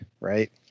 right